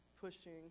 pushing